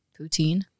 Poutine